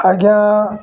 ଆଜ୍ଞା